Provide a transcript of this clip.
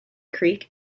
creek